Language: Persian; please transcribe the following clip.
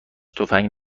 تفنگ